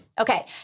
Okay